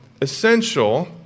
Essential